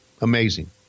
Amazing